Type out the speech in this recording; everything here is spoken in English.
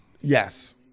Yes